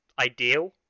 ideal